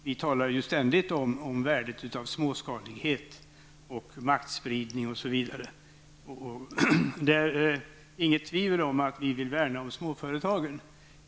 Vi talar ständigt om värdet av småskalighet, maktspridning osv. Det är inget tvivel om att vi vill värna om småföretagsamhet.